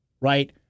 right